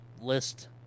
list